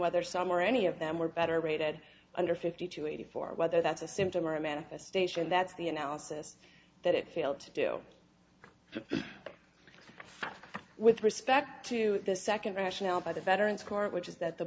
whether some or any of them were better rated under fifty to eighty four whether that's a symptom or a manifestation that's the analysis that it failed to do with respect to the second rationale by the veterans court which is that the